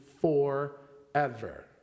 forever